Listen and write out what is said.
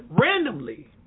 randomly